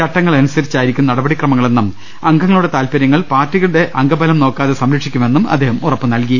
ചട്ടങ്ങൾ അനുസരിച്ചായിരിക്കും നടപടിക്രമങ്ങളെന്നും അംഗങ്ങളുടെ താൽപ്പര്യ ങ്ങൾ പാർട്ടികളുടെ അംഗ്രബലം നോക്കാതെ സംരക്ഷിക്കുമെന്നും അദ്ദേഹം ഉറപ്പുനൽകി